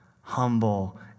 humble